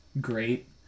great